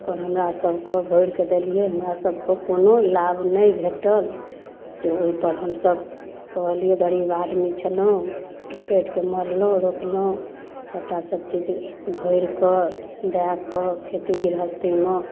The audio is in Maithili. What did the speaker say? तऽ ओकरा हमरा सबके भरिकऽ देलिए हमरा सबके कोनो लाभ नहि भेटल से ओहिपर हमसब कहलिए गरीब आदमी छलहुँ पेटके मोरलहुँ रोपलहुँ सबटा सबचीज भरिकऽ दऽ कऽ खेती गृहस्थीमे